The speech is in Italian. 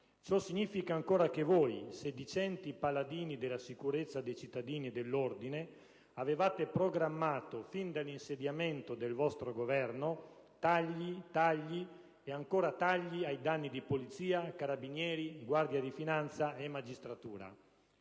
Ciò significa ancora che voi, sedicenti paladini della sicurezza dei cittadini e dell'ordine, avevate programmato fin dall'insediamento del vostro Governo tagli, tagli e ancora tagli ai danni di Polizia, Carabinieri, Guardia di finanza e magistratura.